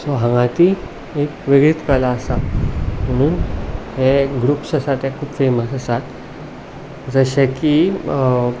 so हांगा ती एक वेगळीच कला आसा आनी हे ग्रुप्स आसा ते खूब फॅमस आसात जशे की